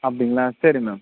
அப்படிங்ளா சரி மேம்